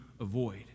avoid